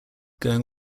going